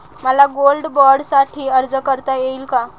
मला गोल्ड बाँडसाठी अर्ज करता येईल का?